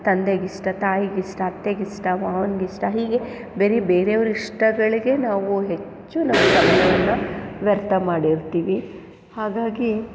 ತಂದೆಗಿಷ್ಟ ತಾಯಿಗಿಷ್ಟ ಅತ್ತೆಗಿಷ್ಟ ಮಾವನಿಗಿಷ್ಟ ಹೀಗೆ ಬರೀ ಬೇರೆಯವರ ಇಷ್ಟಗಳಿಗೆ ನಾವು ಹೆಚ್ಚು ನಮ್ಮ ಸಮಯವನ್ನು ವ್ಯರ್ಥ ಮಾಡಿರ್ತೀವಿ ಹಾಗಾಗಿ